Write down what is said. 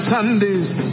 Sunday's